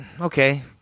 okay